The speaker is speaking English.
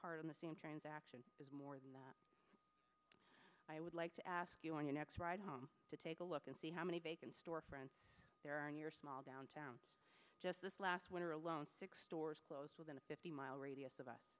card in the same transaction is more than i would like to ask you on your next ride home to take a look and see how many vacant storefronts there are on your small downtown just this last winter alone six stores close within a fifty mile radius of us